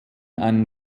einen